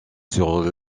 sur